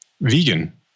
vegan